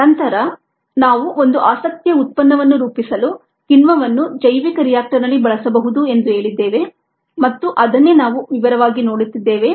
ತದನಂತರ ನಾವು ಒಂದು ಆಸಕ್ತಿಯ ಉತ್ಪನ್ನವನ್ನು ರೂಪಿಸಲು ಕಿಣ್ವವನ್ನು ಜೈವಿಕ ರಿಯಾಕ್ಟರ್ನಲ್ಲಿ ಬಳಸಬಹುದು ಎಂದು ಹೇಳಿದ್ದೇವೆ ಮತ್ತು ಅದನ್ನೇ ನಾವು ವಿವರವಾಗಿ ನೋಡುತ್ತಿದ್ದೇವೆ